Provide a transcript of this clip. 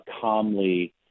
calmly